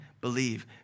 believe